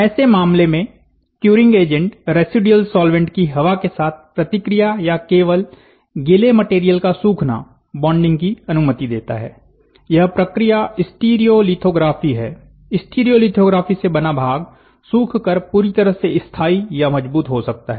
ऐसे मामले में क्यूरिंग एजेंट रेसिड्युअल सॉल्वैंट्स की हवा के साथ प्रतिक्रिया या केवल गिले मटेरियल का सूखना बॉन्डिंग की अनुमति देता है यह प्रक्रिया स्टीरियोलिथोग्राफी है स्टीरियोलिथोग्राफी से बना भाग सूख कर पूरी तरह से स्थाई या मजबूत हो सकता है